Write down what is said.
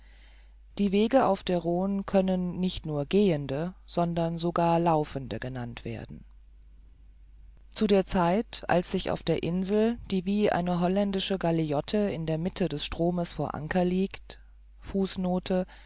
die wege auf der rhone können nicht nur gehende sondern sogar laufende genannt werden zu der zeit als sich auf der insel die wie eine holländische galiote in der mitte des stroms vor anker liegt